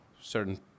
certain